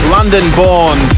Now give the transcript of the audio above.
London-born